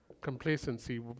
Complacency